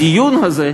הדיון הזה,